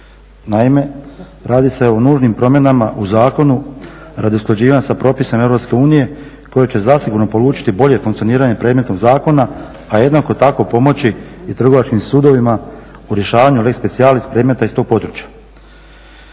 Naime, radi se o nužnim promjenama u zakonu radi usklađivanja sa propisima Europske unije koji će zasigurno polučiti bolje funkcioniranje predmetnog zakona, a jednako tako pomoći i trgovačkim sudovima u rješavanju lex specialis predmeta iz tog područja.